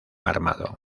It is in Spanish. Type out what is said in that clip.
armado